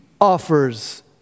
offers